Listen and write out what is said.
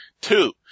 Two